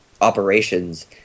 operations